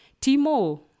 Timo